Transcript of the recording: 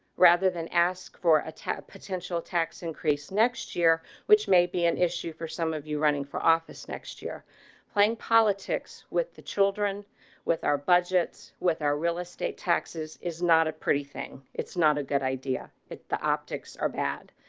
rather than ask for a tap potential tax increase next year, which may be an issue for some of you running for office next year playing politics with the children with our budgets with our real estate taxes is not a pretty thing. it's not a good idea. it's the optics are bad.